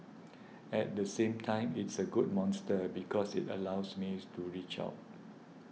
at the same time it's a good monster because it allows me to reach out